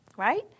right